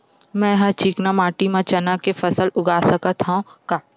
मै ह चिकना माटी म चना के फसल उगा सकथव का?